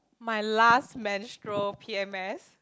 my last menstrual P_M_S